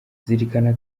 zirikana